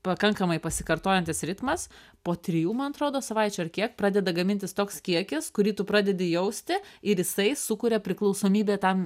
pakankamai pasikartojantis ritmas po trijų man atrodo savaičių ar kiek pradeda gamintis toks kiekis kurį tu pradedi jausti ir jisai sukuria priklausomybę tam